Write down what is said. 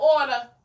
order